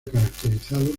caracterizado